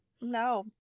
No